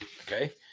Okay